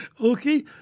Okay